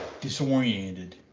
disoriented